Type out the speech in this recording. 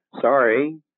Sorry